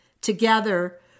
Together